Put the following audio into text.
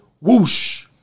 whoosh